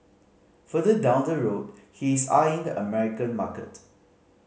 further down the road he is eyeing the American market